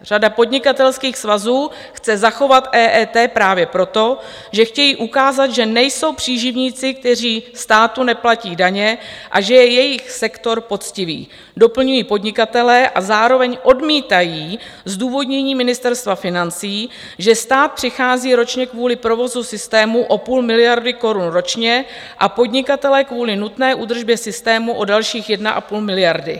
Řada podnikatelských svazů chce zachovat EET právě proto, že chtějí ukázat, že nejsou příživníci, kteří státu neplatí daně, a že je jejich sektor poctivý, doplňují podnikatelé a zároveň odmítají zdůvodnění Ministerstva financí, že stát přichází ročně kvůli provozu systému o půl miliardy korun ročně a podnikatelé kvůli nutné údržbě systému o dalších 1,5 miliardy.